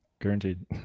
guaranteed